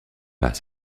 pas